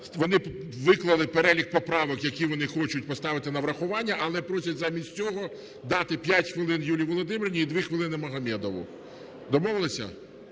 Вони виклали перелік поправок, які вони хочуть поставити на врахування, але просять замість цього дати 5 хвилин Юлії Володимирівні і 2 хвилини Магомедову. Домовилися?